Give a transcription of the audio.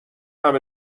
همه